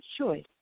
choice